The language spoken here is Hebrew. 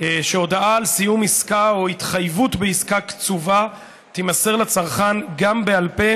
שהודעה על סיום עסקה או התחייבות בעסקה קצובה תימסר לצרכן גם בעל פה,